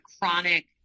chronic